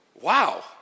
wow